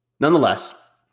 Nonetheless